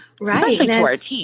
Right